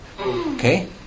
Okay